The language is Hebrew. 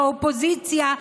באופוזיציה,